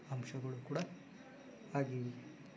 ಅಂಶಗಳು ಕೂಡ ಆಗಿವೆ